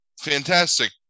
fantastic